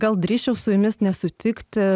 gal drįsčiau su jumis nesutikti